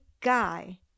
guy